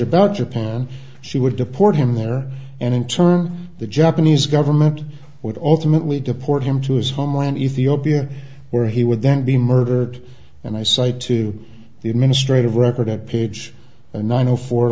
about japan she would deport him there and in turn the japanese government would alternately deport him to his homeland ethiopia where he would then be murdered and i say to the administrative record at page nine o four